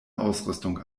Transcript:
ausrüstung